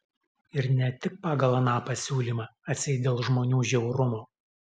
ir ne tik pagal aną pasiūlymą atseit dėl žmonių žiaurumo